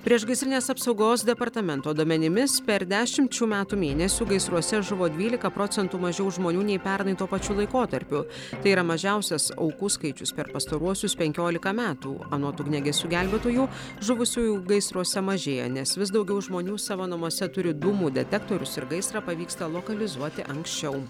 priešgaisrinės apsaugos departamento duomenimis per dešimt šių metų mėnesių gaisruose žuvo dvylika procentų mažiau žmonių nei pernai tuo pačiu laikotarpiu tai yra mažiausias aukų skaičius per pastaruosius penkiolika metų anot ugniagesių gelbėtojų žuvusiųjų gaisruose mažėja nes vis daugiau žmonių savo namuose turi dūmų detektorius ir gaisrą pavyksta lokalizuoti anksčiau